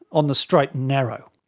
on the straight and narrow.